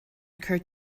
occured